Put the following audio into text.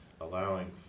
allowing